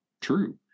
true